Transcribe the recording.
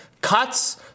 cuts